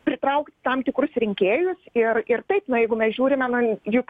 pritraukti tam tikrus rinkėjus ir ir taipna jeigu mes žiūrime na juk